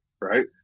right